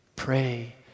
Pray